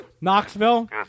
Knoxville